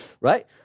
right